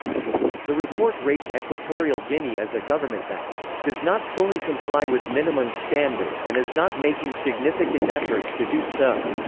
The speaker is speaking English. the report rates equatorial guinea as a government that does not fully comply with minimum standards and is not making significant efforts to do so.